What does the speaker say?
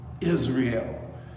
Israel